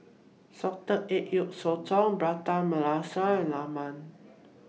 Salted Egg Yolk Sotong Prata Masala and Lemang